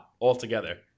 altogether